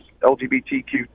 LGBTQ